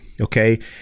Okay